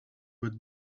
would